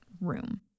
room